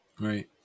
Right